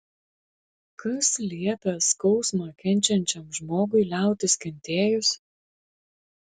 kas liepia skausmą kenčiančiam žmogui liautis kentėjus